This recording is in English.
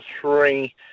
three